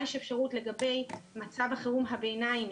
יש אפשרות לגבי מצב החירום הביניים,